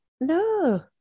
No